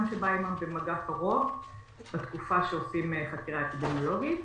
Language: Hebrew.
שבא עמם במגע קרוב בתקופה שעושים חקירה אפידמיולוגית,